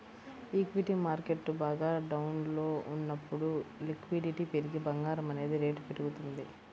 equity market బాగా డౌన్లో ఉన్నప్పుడు లిక్విడిటీ పెరిగి బంగారం అనేది రేటు పెరుగుతుంది